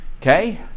Okay